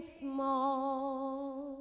small